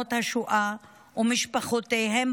קורבנות השואה ומשפחותיהם,